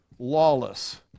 lawless